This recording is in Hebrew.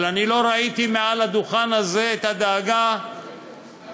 אבל אני לא ראיתי מעל הדוכן הזה את הדאגה כאשר